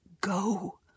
go